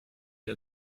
wir